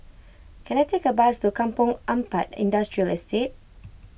can I take a bus to Kampong Ampat Industrial Estate